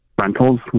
rentals